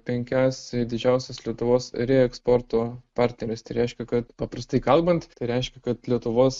penkias didžiausias lietuvos reeksporto partneres tai reiškia kad paprastai kalbant tai reiškia kad lietuvos